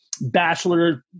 bachelor